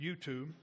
YouTube